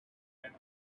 and